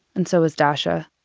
and so was dasa.